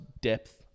depth